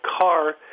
car